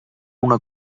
una